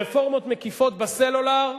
רפורמות מקיפות בסלולר,